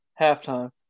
Halftime